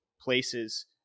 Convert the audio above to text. places